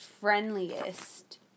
Friendliest